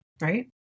right